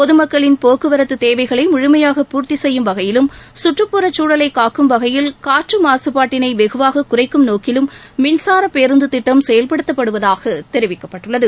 பொது மக்களின் போக்குவரத்து தேவைகளை முழுமையாக பூர்த்தி செய்யும் வகையிலும் சுற்றுப்புற சூழலை காக்கும் வகையில் காற்று மாசுப்பாட்டினை வெகுவாக குறைக்கும் நோக்கிலும் மின்சார பேருந்து திட்டம் செயல்படுத்தப்படுவதாக தெரிவிக்கப்பட்டுள்ளது